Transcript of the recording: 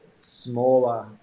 smaller